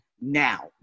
Now